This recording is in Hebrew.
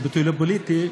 זה ביטוי לא פוליטי,